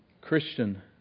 Christian